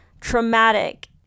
traumatic